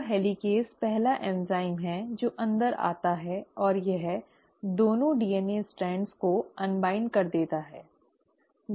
तो हेलिकेज़ पहला एंजाइम है जो अंदर आता है और यह 2 डीएनए स्ट्रैंड को अन्वाइन्डिंग कर देता है